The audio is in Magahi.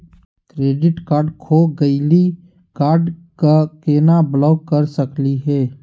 क्रेडिट कार्ड खो गैली, कार्ड क केना ब्लॉक कर सकली हे?